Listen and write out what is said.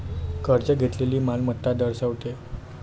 कर्ज घेतलेली मालमत्ता दर्शवते